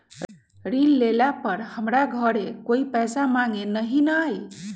ऋण लेला पर हमरा घरे कोई पैसा मांगे नहीं न आई?